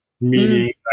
meaning